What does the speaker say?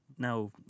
Now